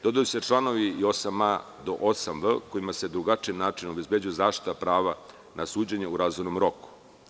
Dodaju se i članovi od 8a do 8v, kojima se drugačijim načinom obezbeđuje zaštita prava na suđenje u razumnom roku.